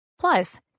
plus